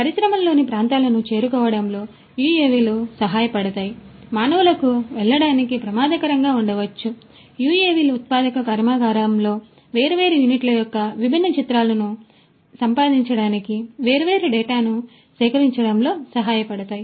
పరిశ్రమలలోని ప్రాంతాలను చేరుకోవడంలో యుఎవిలు సహాయపడతాయి మానవులకు వెళ్ళడానికి ప్రమాదకరంగా ఉండవచ్చు యుఎవిలు ఉత్పాదక కర్మాగారంలో వేర్వేరు యూనిట్ల యొక్క విభిన్న చిత్రాలను సంపాదించడానికి వేర్వేరు డేటాను సేకరించడంలో సహాయపడతాయి